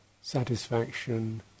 satisfaction